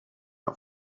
not